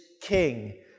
king